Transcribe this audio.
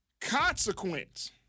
consequence